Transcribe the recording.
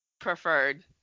preferred